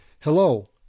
Hello